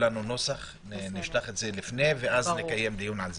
נשלח לפני ונקיים דיון על זה.